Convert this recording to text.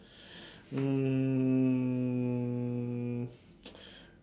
um